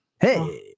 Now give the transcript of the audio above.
Hey